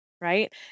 Right